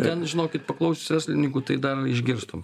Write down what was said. ten žinokit paklausius verslininkų tai dar išgirstum